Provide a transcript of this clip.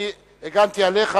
אני הגנתי עליך,